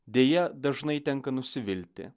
deja dažnai tenka nusivilti